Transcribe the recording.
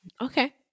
okay